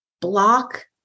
block